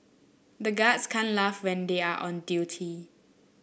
the guards can't laugh when they are on duty